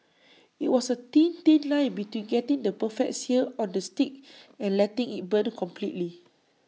IT was A thin thin line between getting the perfect sear on the steak and letting IT burn completely